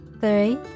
three